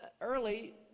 early